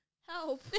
Help